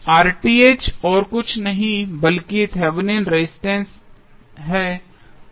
और कुछ नहीं बल्कि थेवेनिन रेजिस्टेंस है